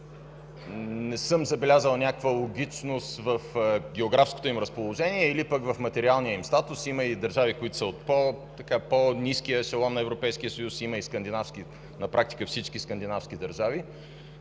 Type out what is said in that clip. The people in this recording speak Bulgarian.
не съм забелязал някаква логичност в географското им разположение или в материалния им статус. Има държави от по-ниския ешелон на Европейския съюз, на практика и всички скандинавски държави.